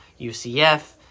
UCF